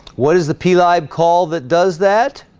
what is the p libe call that does that?